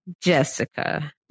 Jessica